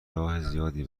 زیادی